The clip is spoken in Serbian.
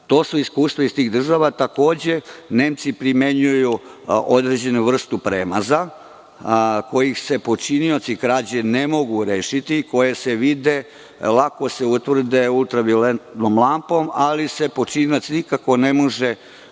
To su iskustva iz tih država. Nemci primenjuju određenu vrstu premaza kojih se počinioci krađe ne mogu rešiti, koje se vide, lako se utvrde, ultravioletnom lampom, ali se počinilac nikako ne može odreći tih